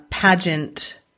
pageant